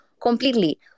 completely